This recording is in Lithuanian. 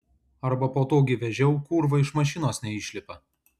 arba po to gi vežiau kurva iš mašinos neišlipa